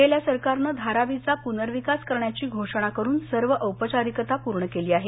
गेल्या सरकारनं धारावीचा पुनर्विकास करण्याची घोषणा करून सर्व औपचारिकता पूर्ण केली आहे